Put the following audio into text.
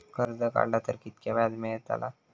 कर्ज काडला तर कीतक्या व्याज मेळतला?